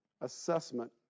assessment